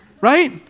Right